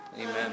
amen